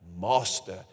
Master